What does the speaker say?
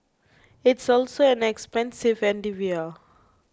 it's also an expensive endeavour